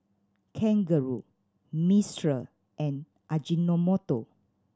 Kangaroo Mistral and Ajinomoto